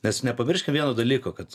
nes nepamirškim vieno dalyko kad